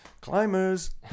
Climbers